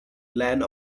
ian